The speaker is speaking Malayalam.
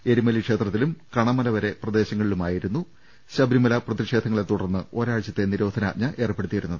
എരുമേല്വി ക്ഷേത്രത്തിലും കണമല വരെ പ്രദേശങ്ങളിലുമായിരുന്നു ശബരിമല പ്രതിഷേധങ്ങളെ തുടർന്ന് ഒരാ ഴ്ച്ചത്തെ നിരോധനാജ്ഞ ഏർപ്പെടുത്തിയിരുന്നത്